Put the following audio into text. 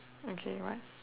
okay what